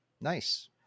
Nice